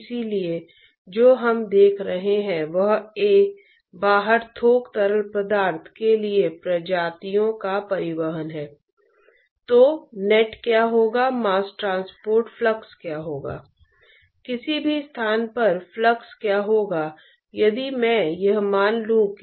इसलिए कन्वेक्शन के कारण हीट ट्रांसपोर्ट कैसे होता है इसके सिद्धांतों को समझना बहुत सुविधाजनक है